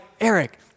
Eric